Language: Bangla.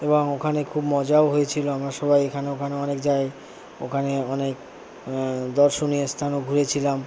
এবং ওখানে খুব মজাও হয়েছিলো আমরা সবাই এখানে ওখানে অনেক যাই ওখানে অনেক দর্শনীয় স্থানও ঘুরেছিলাম